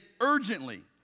urgently